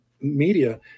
media